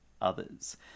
others